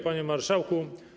Panie Marszałku!